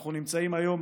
אנחנו נמצאים היום,